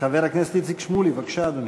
חבר הכנסת איציק שמולי, בבקשה, אדוני.